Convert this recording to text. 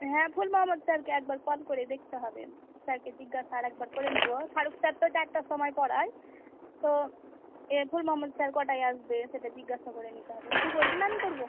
হ্যাঁ ফুল মহাম্মদ স্যারকে একবার কল করেই দেখতে হবে স্যারকে জিজ্ঞাসা আর একবার করে নিবো ফারুখ স্যার তো চারটার সময় পড়ায় তো এ ফুল মহাম্মাদ স্যার কটায় আসবে সেটা জিজ্ঞাসা করে নিতে হবে তু করবি না আমি করবো